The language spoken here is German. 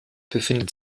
befindet